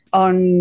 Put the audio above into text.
on